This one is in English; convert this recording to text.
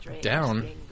down